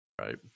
Right